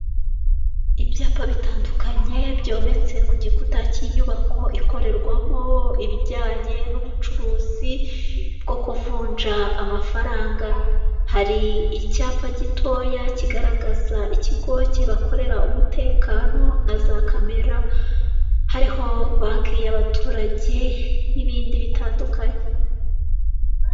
Ibyapa bitandukanye byometse ku gikuta cy'inyubako ikorerwamo ibijyanye n'ubucuruzi, bwo kuvunja amafaranga. Hari icyapa gitoya kigaragaza ikigo cy'abakorera umutekano na za kamera, hariho banki y'abaturage n'ibindi bitandukanye.